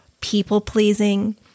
People-pleasing